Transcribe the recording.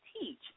teach